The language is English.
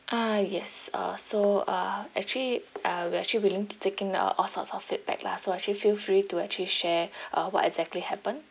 uh yes uh so uh actually uh we actually willing to take in the all sorts of feedback lah so actually feel free to actually share uh what exactly happened